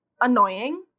annoying